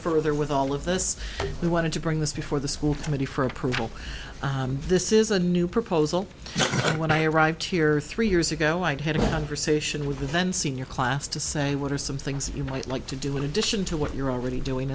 further with all of this we wanted to bring this before the school committee for approval this is a new proposal when i arrived here three years ago i'd had a conversation with then senior class to say what are some things you might like to do in addition to what you're already doing